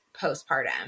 postpartum